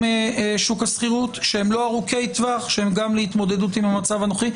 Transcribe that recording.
שוק השכירות שהם לא ארוכי טווח והם גם להתמודדות עם המצב הנוכחי?